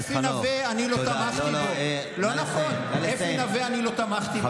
אפי נוה היה, אפי נוה, אני לא תמכתי בו.